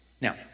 Now